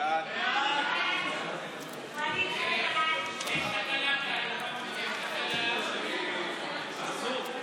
הודעת הממשלה על שינוי בחלוקת התפקידים בממשלה נתקבלה.